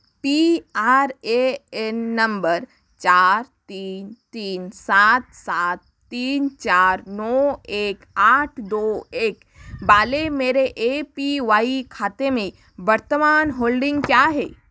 P R A N number चार तीन तीन सात सात तीन चार नौ एक आठ दो एक वाले मेरे ए पी वाई खाते में वर्तमान होल्डिंग क्या है